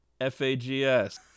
FAGS